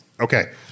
Okay